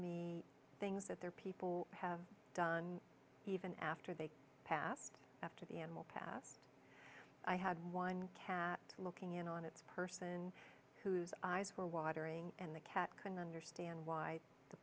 me things that their people have done even after they passed after the animal pats i had one cat looking in on its person whose eyes were watering and the cat couldn't understand why the